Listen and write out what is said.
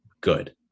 good